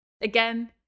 again